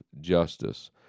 justice